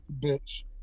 bitch